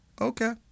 okay